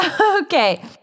Okay